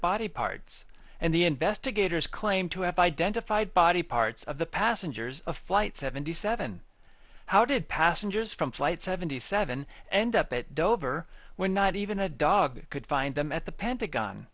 body parts and the investigators claim to have identified body parts of the passengers of flight seventy seven how did passengers from flight seventy seven end up at dover we're not even a dog could find them at the pentagon